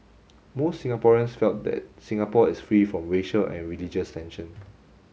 most Singaporeans felt that Singapore is free from racial and religious tension